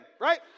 right